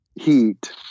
heat